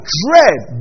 dread